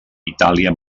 itàlia